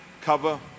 cover